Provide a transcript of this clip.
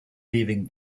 leaving